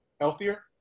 healthier